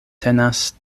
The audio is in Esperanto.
tenas